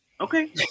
Okay